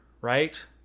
right